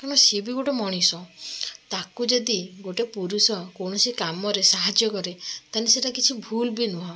କାରଣ ସିଏ ବି ଗୋଟେ ମଣିଷ ତାକୁ ଯଦି ଗୋଟେ ପୁରୁଷ କୌଣସି କାମରେ ସାହାଯ୍ୟ କରେ ତାନେ ସେଟା କିଛି ଭୁଲ୍ ବି ନୁହଁ